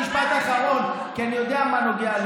אחר כך נתווכח.